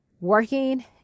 working